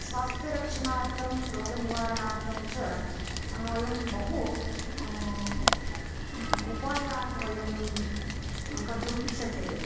स्वास्थ्यरक्षणार्थं रोगनिवारणार्थं च वयं बहु उपायान् वयं कर्तुं शक्यते